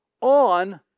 on